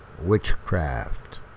Witchcraft